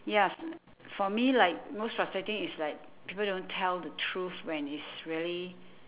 ya is l~ for me like most frustrating is like people don't tell the truth when it's really